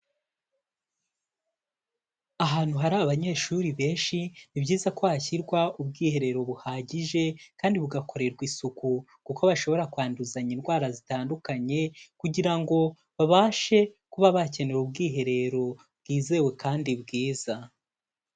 Ahantu hari abanyeshuri benshi, ni byiza ko hashyirwa ubwiherero buhagije kandi bugakorerwa isuku kuko bashobora kwanduzanya indwara zitandukanye kugira ngo babashe kuba bakenera ubwiherero bwizewe kandi bwiza.